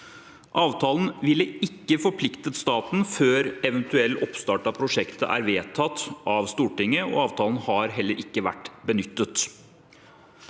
Avtalen ville ikke forpliktet staten før eventuell opp start av prosjektet er vedtatt av Stortinget, og avtalen har heller ikke vært benyttet.